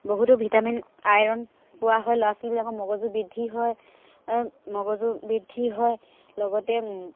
বহুতো vitamin iron পোৱা হয় ল'ৰা ছোৱালীবিলাকৰ মগজু বৃদ্ধি হয় লগতে